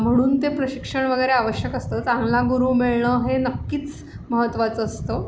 म्हणून ते प्रशिक्षण वगैरे आवश्यक असतं चांगला गुरू मिळणं हे नक्कीच महत्त्वाचं असतं